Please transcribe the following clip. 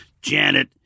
Janet